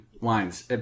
wines